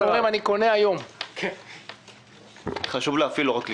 אני כן רוצה לומר שלמרות שאני אענה על רוב הדברים זו